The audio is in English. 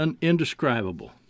indescribable